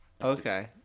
Okay